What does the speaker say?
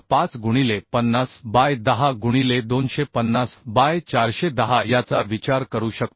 5 गुणिले 50 बाय 10 गुणिले 250 बाय 410 याचा विचार करू शकतो